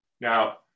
Now